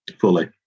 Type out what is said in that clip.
fully